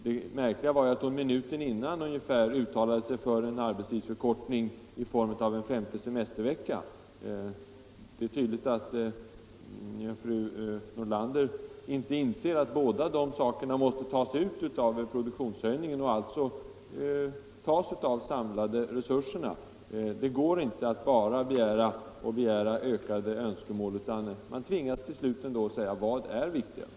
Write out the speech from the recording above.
Det märkliga var ju att hon minuten innan uttalade sig för en arbetstidsförkortning i form av en femte semestervecka. Det är tydligt att fru Nordlander inte inser att båda de sakerna måste tas ut av produktionshöjningen och de samlade resurserna. Det går inte att bara begära mer och mer — man tvingas ändå till slut att avgöra vad som är viktigast.